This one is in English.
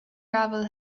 gravel